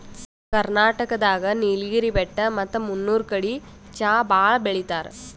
ಕರ್ನಾಟಕ್ ದಾಗ್ ನೀಲ್ಗಿರಿ ಬೆಟ್ಟ ಮತ್ತ್ ಮುನ್ನೂರ್ ಕಡಿ ಚಾ ಭಾಳ್ ಬೆಳಿತಾರ್